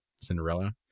Cinderella